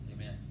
Amen